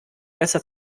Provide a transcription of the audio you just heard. besser